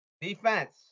Defense